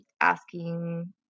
asking